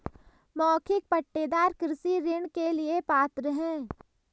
मौखिक पट्टेदार कृषि ऋण के लिए पात्र हैं